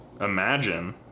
imagine